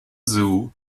zoo